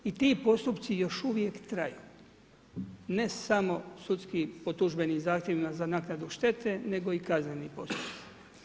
I ti postupci još uvijek traju ne samo sudski po tužbenim zahtjevima za naknadu štete, nego i kazneni postupci.